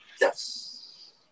Yes